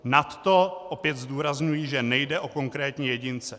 Nadto, opět zdůrazňuji, že nejde o konkrétní jedince.